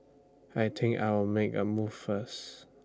I think I'll make A move first